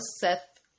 Seth